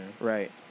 Right